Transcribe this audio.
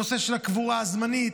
נושא הקבורה הזמנית,